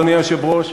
אדוני היושב-ראש,